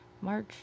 march